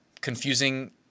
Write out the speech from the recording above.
confusing